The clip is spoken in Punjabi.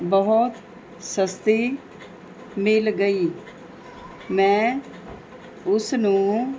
ਬਹੁਤ ਸਸਤੀ ਮਿਲ ਗਈ ਮੈਂ ਉਸ ਨੂੰ